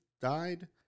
died